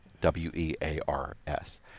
W-E-A-R-S